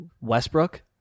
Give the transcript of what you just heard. Westbrook